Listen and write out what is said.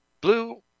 blue